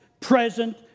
present